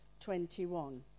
21